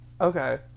okay